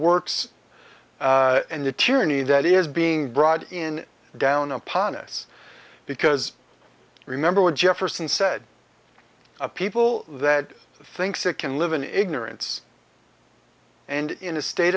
works and the tyranny that is being brought in down upon us because remember what jefferson said of people that thinks it can live in ignorance and in a state